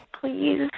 Please